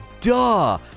duh